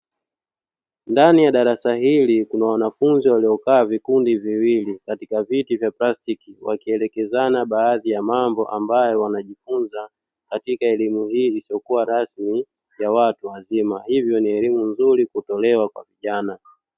Ndani ya darasa hili kuna wanafunzi waliokaa vikundi viwili katika viti vya plastiki, wakielekezana baadhi ya mambo ambayo wanajifunza katika elimu hii isiyokuwa rasmi ya watu wazima, hivyo ni elimu nzuri kutolewa kwa kijana.